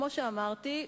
כמו שאמרתי,